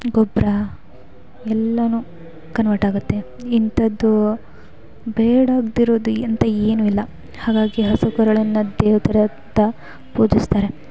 ಗೊಬ್ಬರ ಎಲ್ಲವು ಕನ್ವರ್ಟ್ ಆಗುತ್ತೆ ಇಂಥದ್ದು ಬೇಡಾಗಿರೋದು ಅಂತ ಏನು ಇಲ್ಲ ಹಾಗಾಗಿ ಹಸು ಕರುಗಳನ್ನ ದೇವ್ರ ಥರಾಂತ ಪೂಜಿಸ್ತಾರೆ